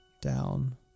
down